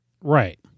Right